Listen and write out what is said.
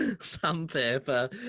Sandpaper